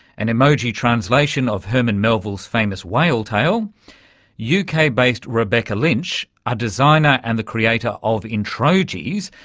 an emoji translation of herman melville's famous whale tale uk-based rebecca lynch, a designer and the creator of introjis,